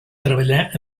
treballar